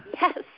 Yes